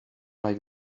like